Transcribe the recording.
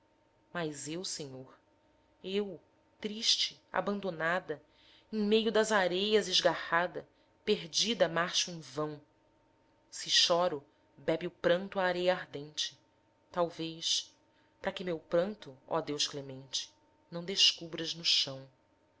mas eu senhor eu triste abandonada em meio das areias esgarrada perdida marcho em vão se choro bebe o pranto a areia ardente talvez p'ra que meu pranto ó deus clemente não descubras no chão